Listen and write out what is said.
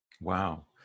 Wow